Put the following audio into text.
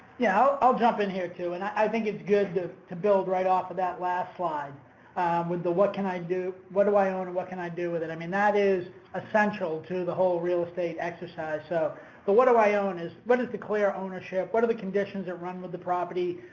yeah, i'll jump in here too and i i think it's good to to build right off of that last slide with the what can i do? what do i own? and what can i do with it? i mean, that is essential to the whole real estate exercise. so but what do i own? is what is the clear ownership, what are the conditions that run with the property,